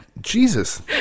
Jesus